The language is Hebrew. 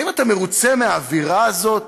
האם אתה מרוצה מהאווירה הזאת?